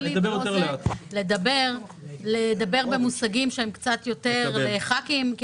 לדבר במושגים שהם קצת יותר ח"כיים.